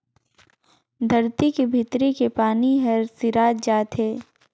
धरती के भीतरी के पानी हर सिरात जात हे